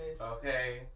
Okay